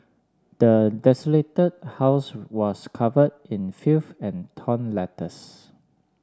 the desolated house was covered in filth and torn letters